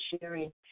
sharing